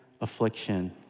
affliction